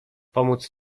pomóc